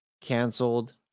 canceled